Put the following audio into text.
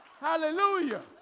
Hallelujah